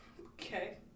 Okay